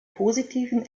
positiven